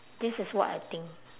this is what I think